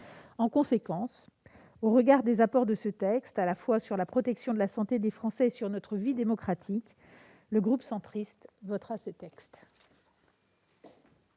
En conséquence, au regard des apports de ces textes à la fois sur la protection de la santé des Français et sur notre vie démocratique, le groupe Union Centriste les votera.